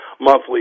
monthly